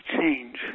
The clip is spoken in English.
change